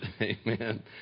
amen